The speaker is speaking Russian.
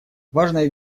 важной